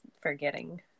forgetting